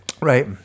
Right